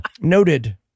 Noted